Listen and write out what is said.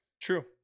True